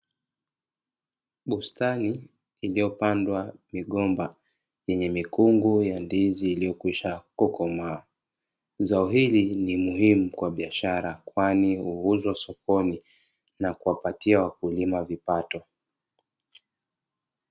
Bustani iliyopandwa migomba, yenye mikungu ya ndizi iliyokwisha kukomaa, zao hili ni muhimu kwa biashara kwani huuzwa sokoni na kuwapatia wakulima vipato.